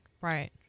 Right